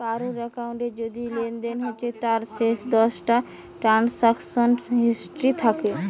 কারুর একাউন্টে যদি লেনদেন হচ্ছে তার শেষ দশটা ট্রানসাকশান হিস্ট্রি থাকে